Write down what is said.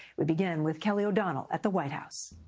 we begin with kelly o'donnell at the white house.